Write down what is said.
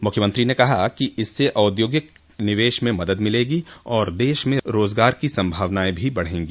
मुख्यमंत्री ने कहा कि इससे औद्योगिक निवेश में मदद मिलेगी और देश में रोजगार की सम्भावनायें भी बढ़ेंगी